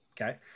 Okay